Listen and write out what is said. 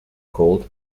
called